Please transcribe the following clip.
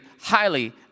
highly